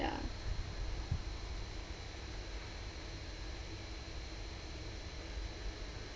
~a